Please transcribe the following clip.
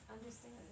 understand